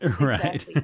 right